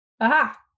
aha